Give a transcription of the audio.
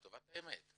לטובת האמת.